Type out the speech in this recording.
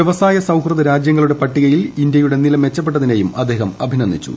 വ്യവസായ സൌഹൃദ രാജൃങ്ങളുടെ പട്ടികയിൽ ഇന്ത്യയുടെ നില മെച്ചപ്പെട്ടതിനെയും അദ്ദേഹം അഭിനന്ദിച്ചു